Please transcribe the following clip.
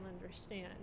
understand